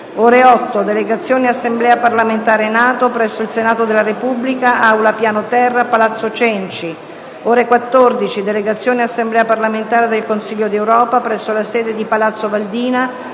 ore 8: Delegazione Assemblea parlamentare NATO, presso il Senato della Repubblica, Aula piano terra, Palazzo Cenci; - ore 14: Delegazione Assemblea parlamentare del Consiglio d'Europa, presso la sede di Palazzo Valdina,